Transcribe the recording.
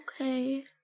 Okay